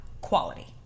quality